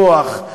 כוח,